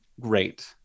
great